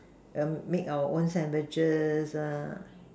um make our own sandwiches ah